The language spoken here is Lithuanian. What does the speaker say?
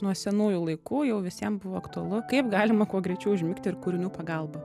nuo senųjų laikų jau visiem buvo aktualu kaip galima kuo greičiau užmigti ir kūrinių pagalba